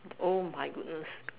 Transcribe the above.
oh my goodness